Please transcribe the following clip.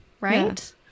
Right